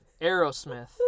aerosmith